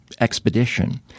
expedition